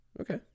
okay